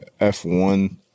F1